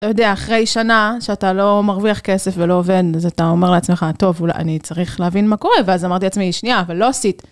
אתה יודע, אחרי שנה שאתה לא מרוויח כסף ולא עובד, אז אתה אומר לעצמך, טוב, אולי אני צריך להבין מה קורה, ואז אמרתי לעצמי, שנייה, אבל לא עשית...